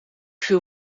viel